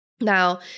Now